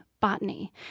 botany